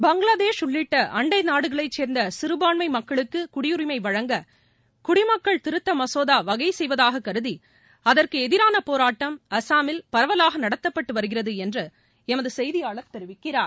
பங்களாதேஷ் உள்ளிட்ட அண்டைநாடுகளைச் சேர்ந்த சிறுபான்மை மக்களுக்கு குடியுரிமை வழங்க குடிமக்கள் திருத்த மசோதா வகை செய்வதாகக் கருதி அதற்கு எதிரான போராட்டம் அஸ்ஸாமில் பரவலாக நடத்தப்பட்டு வருகிறது என்று எமது செய்தியாளர் தெரிவிக்கிறார்